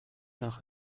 nach